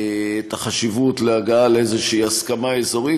את החשיבות להגעה לאיזו הסכמה אזורית,